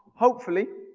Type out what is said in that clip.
hopefully,